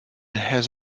has